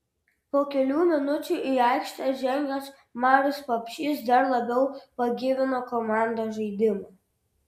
po kelių minučių į aikštę žengęs marius papšys dar labiau pagyvino komandos žaidimą